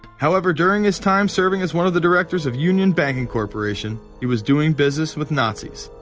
however, during his time serving as one of the directors. of union banking corporation, he was doing business with nazis.